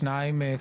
שתיים,